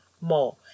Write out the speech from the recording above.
more